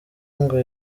ngo